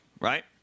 Right